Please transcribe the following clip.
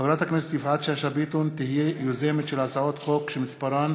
חברת הכנסת יפעת שאשא ביטון תהיה יוזמת של הצעות חוק שמספרן